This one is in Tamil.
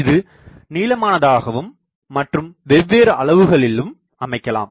இது நீளமானதாகவும் மற்றும் வெவ்வேறு அளவுகளிலும் அமைக்கலாம்